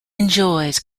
enjoys